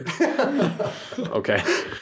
Okay